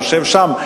היושב שם,